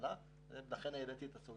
12